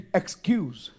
excuse